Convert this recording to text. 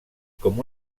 com